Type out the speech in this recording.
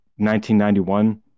1991